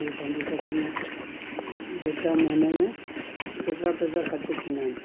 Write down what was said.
ॿियो पंहिंजो छा चवंदा आहिनि डेटा महीने में केतिरा पैसा ख़र्चु थींदा आहिनि